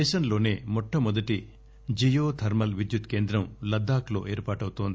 దేశంలోనే మొట్టమొదటి geothermal విద్యుత్ కేంద్రం లద్దాఖ్ లో ఏర్పాటవుతోంది